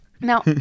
Now